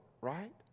right